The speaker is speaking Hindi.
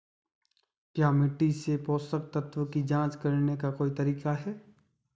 क्या मिट्टी से पोषक तत्व की जांच करने का कोई तरीका है?